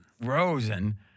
Rosen